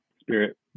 Spirit